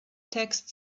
text